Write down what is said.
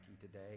today